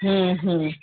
हम्म हम्म